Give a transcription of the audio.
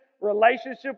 relationship